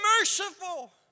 merciful